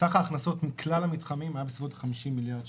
סך ההכנסות מכלל המתחמים היה בסביבות 50 מיליארד שקל.